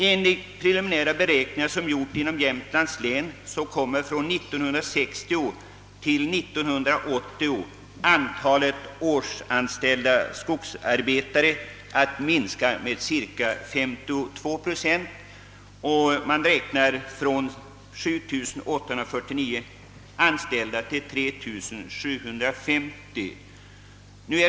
Enligt preliminära beräkningar som gjorts inom Jämtlands län kommer från år 1960 till år 1980 antalet årsanställda skogsarbetare att minska med cirka 52 procent, från 7849 anställda till 3 750.